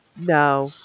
no